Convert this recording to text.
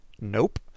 Nope